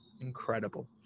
incredible